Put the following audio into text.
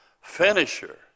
finisher